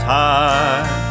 time